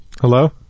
Hello